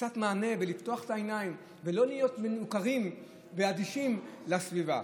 קצת מענה ולפתוח את העיניים ולא להיות מנוכרים ואדישים לסביבה.